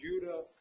Judah